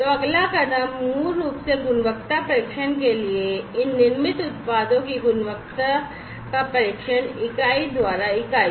तो अगला कदम मूल रूप से गुणवत्ता परीक्षण के लिए है इन निर्मित उत्पादों की गुणवत्ता का परीक्षण इकाई द्वारा इकाई